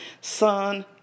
Son